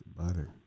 Butter